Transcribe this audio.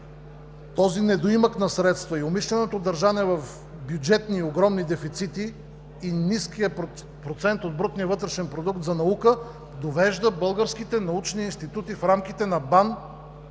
този недоимък на средства, умишленото държане в бюджетни и огромни дефицити и ниският процент от брутния вътрешен продукт за наука, довеждат българските научни институти в рамките на БАН